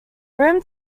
room